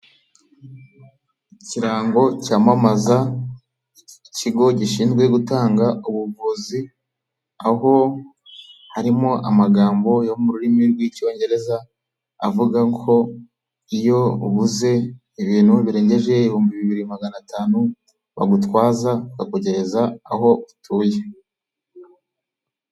Ikirango cyamamaza ikigo gishinzwe gutanga ubuvuzi, aho harimo amagambo yo mu rurimi rw'icyongereza avuga ko iyo uguze ibintu birengeje ibihumbi bibiri magana atanu bagutwaza baka kugezareza aho utuye.